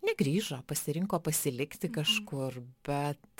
negrįžo pasirinko pasilikti kažkur bet